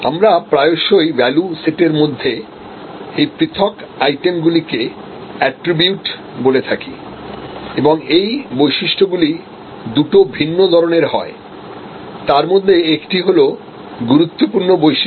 আমরা প্রায়শই ভ্যালু সেটের মধ্যে এই পৃথক আইটেমগুলিকে এট্রিবিউট বলে থাকি এবং এই বৈশিষ্ট্যগুলি দুটি ভিন্ন ধরণের হয় তার মধ্যে একটি হল গুরুত্বপূর্ণ বৈশিষ্ট্য